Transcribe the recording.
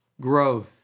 growth